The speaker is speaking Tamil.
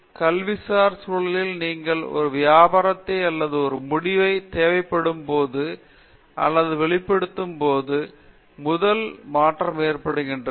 எனவே கல்விசார் சூழலில் நீங்கள் ஒரு வியாபாரத்தை அல்லது ஒரு முடிவைத் தேவைப்படும்போது அல்லது வெளிப்படுத்தும் போது முதல் மாற்றம் ஏற்படுகிறது